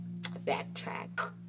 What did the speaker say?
backtrack